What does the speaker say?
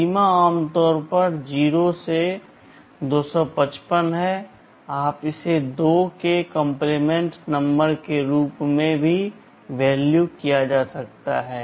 सीमा आमतौर पर 0 से 255 है आप इसे 2 के कॉम्प्लीमेंट नंबर के रूप में भी मान किया जा सकता है